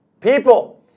people